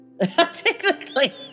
technically